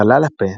חלל הפה,